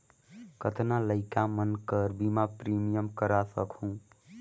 कतना लइका मन कर बीमा प्रीमियम करा सकहुं?